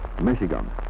Michigan